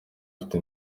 afite